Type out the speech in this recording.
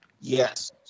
Yes